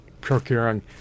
procuring